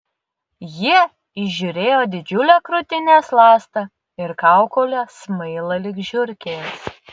jie įžiūrėjo didžiulę krūtinės ląstą ir kaukolę smailą lyg žiurkės